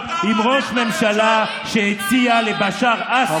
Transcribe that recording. את אוכלוסיית הגולן מאשר להיות עם ראש ממשלה שהציע לבשאר אסד ב-2010,